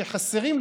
שחסרים,